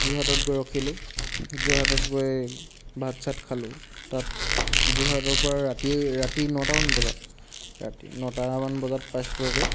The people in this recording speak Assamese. যোৰহাটত গৈ ৰখিলোঁ যোৰহাটত গৈ ভাত চাত খালোঁ তাত যোৰহাটৰ পৰা ৰাতি ৰাতি নটামান বজাত ৰাতি নটামান বজাত পাইছোঁগৈ